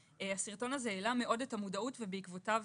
הסרטון הזה העלה מאוד את המודעות ובעקבותיו